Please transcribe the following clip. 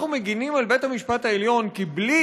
אנחנו מגינים על בית-המשפט העליון כי בלי